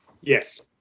Yes